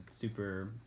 super